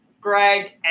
Greg